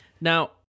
Now